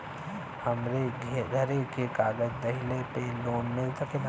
हमरे घरे के कागज दहिले पे लोन मिल सकेला?